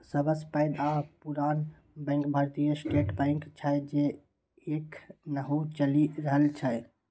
सबसँ पैघ आ पुरान बैंक भारतीय स्टेट बैंक छै जे एखनहुँ चलि रहल छै